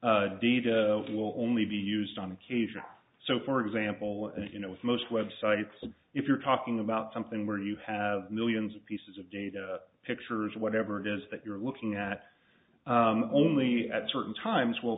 will only be used on occasion so for example you know with most web sites if you're talking about something where you have millions of pieces of data pictures whatever it is that you're looking at only at certain times will